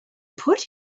put